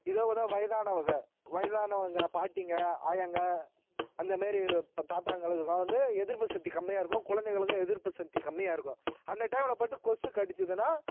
இதை விட வயதானவர்கள் வயதானவங்கள் பாட்டிங்கள் ஆயாங்கள் அந்தமாரி இப்போ தாத்தாங்களுக்கெலாம் வந்து எதிர்ப்பு சக்தி கம்மியாக இருக்கும் குழந்தைகளுக்கும் எதிர்ப்பு சக்தி கம்மியாக இருக்கும் அந்த டைமில் போயிட்டு கொசு கடிச்சுதுனா